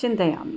चिन्तयामि